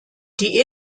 die